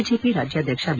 BJP ರಾಜ್ಬಾಧ್ಯಕ್ಷ B